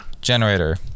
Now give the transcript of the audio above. generator